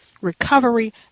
recovery